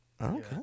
Okay